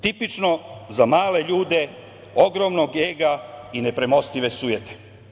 Tipično za male ljude, ogromnog ega i nepremostive sujete.